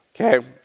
Okay